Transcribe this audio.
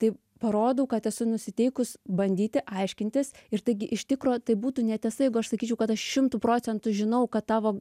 tai parodau kad esu nusiteikus bandyti aiškintis ir taigi iš tikro tai būtų netiesa jeigu aš sakyčiau kad aš šimtu procentų žinau kad tavo